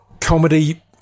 comedy